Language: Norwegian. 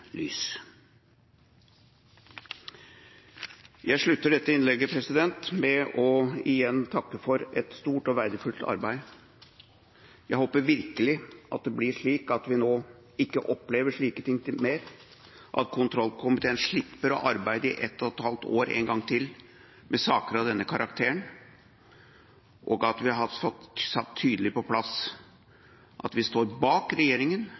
slutter dette innlegget med igjen å takke for et stort og verdifullt arbeid. Jeg håper virkelig at det blir slik at vi ikke opplever slike ting mer, at kontrollkomiteen slipper å arbeide i ett og et halvt år en gang til med saker av denne karakter, at vi har fått sagt tydelig at vi står bak regjeringen